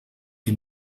que